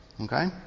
Okay